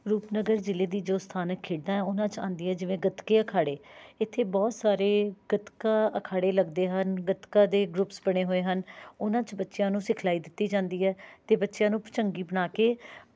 ਰੂਪਨਗਰ ਜ਼ਿਲ੍ਹੇ ਦੀ ਜੋ ਸਥਾਨਕ ਖੇਡਾਂ ਉਹਨਾਂ 'ਚ ਆਉਂਦੇ ਜਿਵੇਂ ਗੱਤਕੇ ਅਖਾੜੇ ਇੱਥੇ ਬਹੁਤ ਸਾਰੇ ਗੱਤਕਾ ਅਖਾੜੇ ਲੱਗਦੇ ਹਨ ਗੱਤਕਾ ਦੇ ਗਰੁੱਪਸ ਬਣੇ ਹੋਏ ਹਨ ਉਨ੍ਹਾਂ 'ਚ ਬੱਚਿਆਂ ਨੂੰ ਸਿਖਲਾਈ ਦਿੱਤੀ ਜਾਂਦੀ ਹੈ ਅਤੇ ਬੱਚਿਆਂ ਨੂੰ ਭੁਜੰਗੀ ਬਣਾ ਕੇ